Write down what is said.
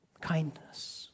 Kindness